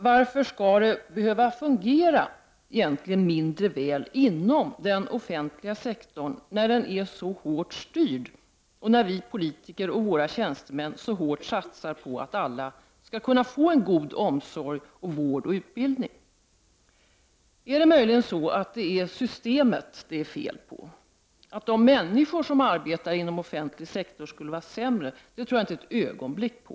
Varför skall det egentligen behöva fungera mindre väl inom den offentliga sektorn, när den är så hårt styrd och när vi politiker och våra tjänstemän så hårt satsar på att alla skall kunna få en god omsorg, vård och utbildning? Är det möjligen systemet det är fel på? Är det så att de människor som arbetar inom offentlig sektor skulle vara sämre? Det tror jag inte ett ögonblick på.